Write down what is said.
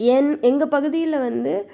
ஏன் எங்கள் பகுதியில வந்து